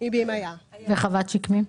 נצר חזני, עגור, צפרירים,